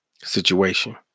situation